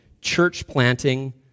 church-planting